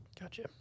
Gotcha